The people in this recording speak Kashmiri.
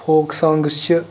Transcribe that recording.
فوک سانٛگٕس چھِ